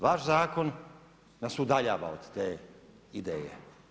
Vaš zakon nas udaljava od te ideje.